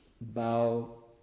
bow